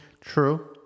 true